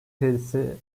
kredisi